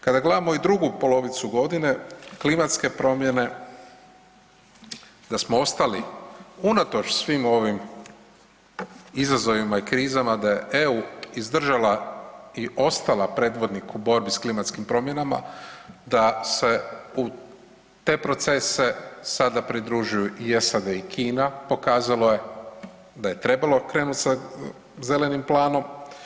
Kada gledamo i drugu polovicu godine klimatske promjene da smo ostali unatoč svim ovim izazovima i krizama da je EU izdržala i ostala predvodnik u borbi sa klimatskim promjenama, da se u te procese sada pridružuju i SAD i Kina pokazalo je da je trebalo krenuti sa zelenim planom.